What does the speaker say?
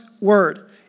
word